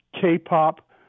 K-pop